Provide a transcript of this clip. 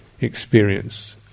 experience